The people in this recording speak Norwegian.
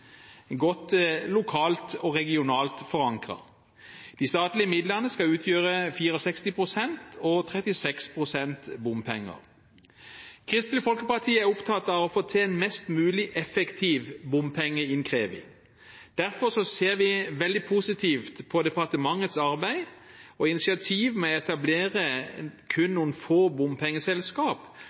godt lokalt og regionalt forankret. De statlige midlene skal utgjøre 64 pst. og bompenger 36 pst. Kristelig Folkeparti er opptatt av å få til en mest mulig effektiv bompengeinnkreving. Derfor ser vi veldig positivt på departementets arbeid med og initiativ til å etablere kun noen få